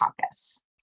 Caucus